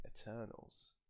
Eternals